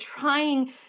trying